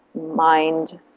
mind